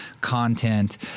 content